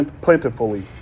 plentifully